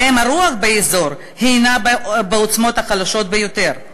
שבהם הרוח באזור היא בעוצמות החלשות ביותר.